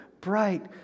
bright